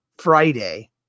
Friday